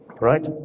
Right